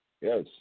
Yes